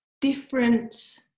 different